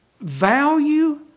value